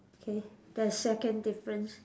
K that's second difference